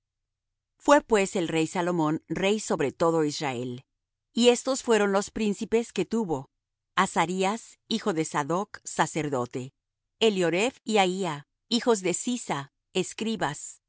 fué pues el rey salomón rey sobre todo israel y estos fueron los príncipes que tuvo azarías hijo de sadoc sacerdote elioreph y ahía hijos de sisa escribas